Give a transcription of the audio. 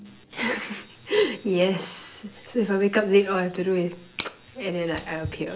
yes so if I wake up late all I have to do is and then I I'll appear